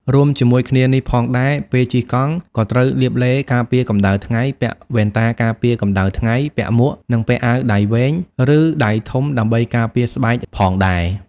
រួមជាមួយគ្នានេះផងដែរ ពេលជិះកង់ក៏ត្រូវលាបឡេការពារកម្តៅថ្ងៃ ពាក់វ៉ែនតាការពារកម្តៅថ្ងៃ ពាក់មួក និងពាក់អាវដៃវែង ឬដៃធំដើម្បីការពារស្បែកផងដែរ។